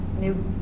new